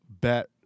bet